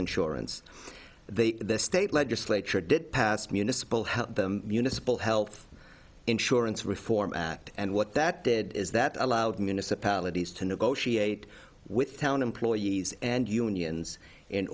insurance they the state legislature did pass municipal help them municipal health insurance reform act and what that did is that allowed municipalities to negotiate with town employees and unions in